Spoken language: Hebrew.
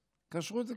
כשרות,